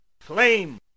flame